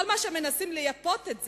כל כמה שמנסים לייפות את זה,